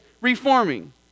reforming